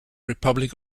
republic